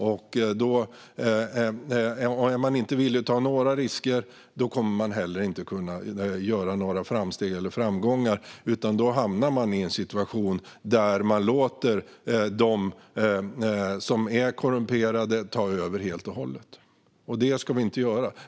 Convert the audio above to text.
Om man inte är villig att ta några risker kommer man heller inte att kunna göra några framsteg eller nå framgångar, utan då hamnar man i en situation där man låter de som är korrumperade ta över helt och hållet. Det ska vi inte göra.